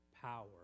power